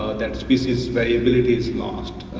that species variability is lost.